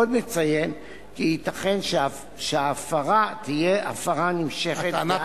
עוד נציין כי ייתכן שההפרה תהיה הפרה נמשכת,